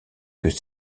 que